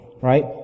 right